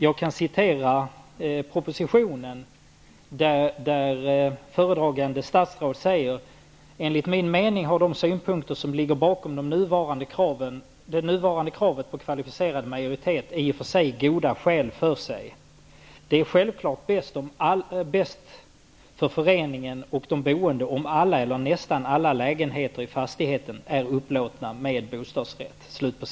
Jag kan citera propositionen, där föredragande statsråd säger: Enligt min mening har de synpunkter som ligger bakom det nuvarande kravet på kvalificerad majoritet i och för sig goda skäl för sig. Det är självklart bäst för föreningen och de boende om alla eller nästan alla lägenheter i fastigheten är upplåtna med bostadsrätt.